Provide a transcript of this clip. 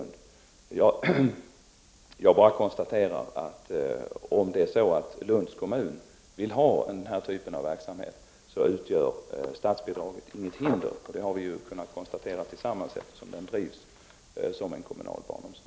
Jag kan bara konstatera, att om Lunds kommun vill ha den här typen av verksamhet, utgör statsbidraget inget hinder. Detta har vi allesammans kunnat konstatera, eftersom verksamheten bedrivs som kommunal barnomsorg.